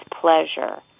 pleasure